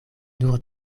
nur